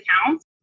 accounts